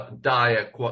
dire